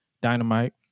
Dynamite